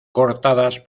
cortadas